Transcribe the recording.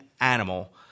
animal